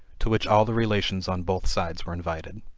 to which all the relations on both sides were invited.